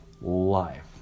life